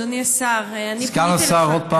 אדוני השר, סגן השר, עוד פעם.